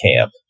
camp